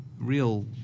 real